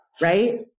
Right